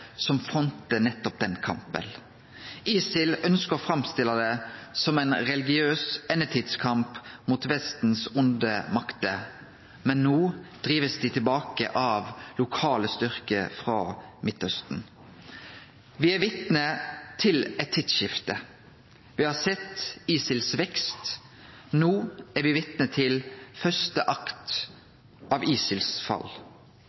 som frontar nettopp den kampen. ISIL ønskjer å framstille det som ein religiøs endetidskamp mot Vestens vonde makter, men no blir dei drivne tilbake av lokale styrkar frå Midtausten. Me er vitne til eit tidsskifte. Me har sett ISILs vekst. No er me vitne til første akt av ISILs fall.